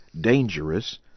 dangerous